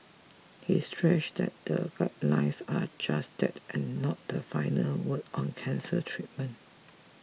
he stressed that the guidelines are just that and not the final word on cancer treatment